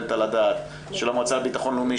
מתקבלת על הדעת של המועצה לביטחון לאומי,